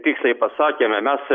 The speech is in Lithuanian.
tiksliai pasakėme mes